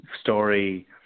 story